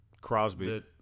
Crosby